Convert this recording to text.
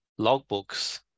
Logbooks